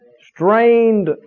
strained